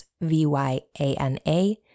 V-Y-A-N-A